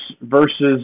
versus